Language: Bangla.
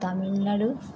তামিলনাড়ু